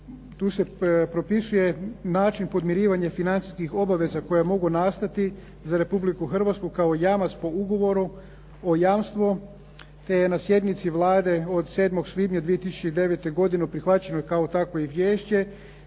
tu se propisuje način podmirivanje financijskih obaveza koja mogu nastati za Republiku Hrvatsku kao jamac o ugovoru o jamstvu te je na sjednici Vlade od 7. svibnja 2009. prihvaćeno kao takvo izvješće